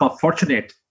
fortunate